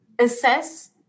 assess